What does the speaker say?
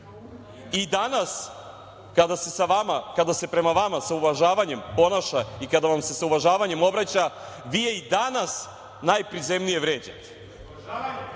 i danas kada se prema vama sa uvažavanjem ponaša i kada vam se sa uvažavanjem obraća vi je i danas najprizemnije vređate. Ono